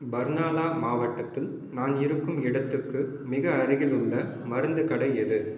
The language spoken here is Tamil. பர்னாலா மாவட்டத்தில் நான் இருக்கும் இடத்துக்கு மிக அருகிலுள்ள மருந்துக் கடை எது